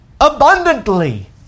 abundantly